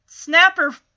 Snapper